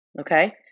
Okay